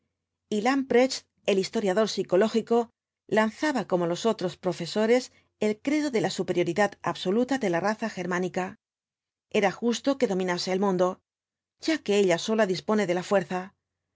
dominación mundial lamprecht el historiador psicológico lanzaba como los otros profesores el credo de la superioridad absoluta de la raza germánica era justo que dominase al mundo ya que ella sola dispone de la fuerza